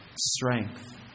strength